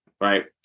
Right